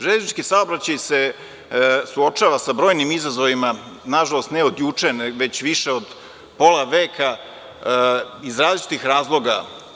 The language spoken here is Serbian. Železnički saobraćaj se suočava sa brojnim izazovima, nažalost, ne od juče već više od pola veka, iz različitih razloga.